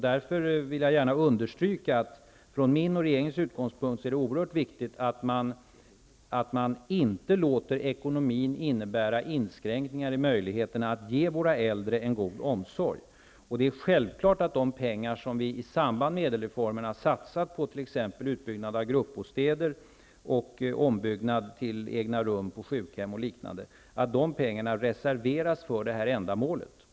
Därför vill jag gärna understryka att från min och regeringens utgångspunkt är det oerhört viktigt att inte låta ekonomin innebära inskränkningar i möjligheterna att ge våra äldre en god omsorg. Det är självklart att de pengar som i samband med ÄDEL-reformen har satsats på t.ex. utbyggnad av gruppbostäder och ombyggnad till egna rum på sjukhem osv. reserveras till det ändamålet.